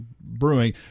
brewing